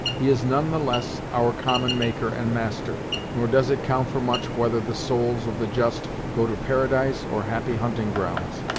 he is none the less our common maker and master nor does it count for much whether the souls of the just go to paradise, or happy hunting grounds,